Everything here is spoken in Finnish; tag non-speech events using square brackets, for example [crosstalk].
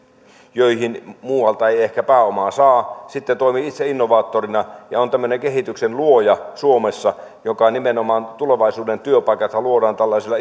joihin muualta ei ehkä pääomaa saa sitra toimii itse innovaattorina ja on tämmöinen kehityksen luoja suomessa nimenomaan tulevaisuuden työpaikathan luodaan tällaisilla [unintelligible]